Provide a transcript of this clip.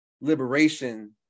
liberation